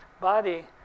Body